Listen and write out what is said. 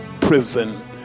prison